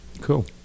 Cool